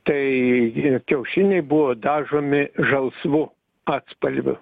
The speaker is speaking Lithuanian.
tai kiaušiniai buvo dažomi žalsvu atspalviu